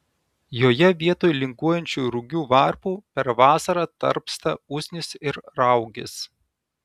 joje vietoj linguojančių rugių varpų per vasarą tarpsta usnys ir raugės